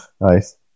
Nice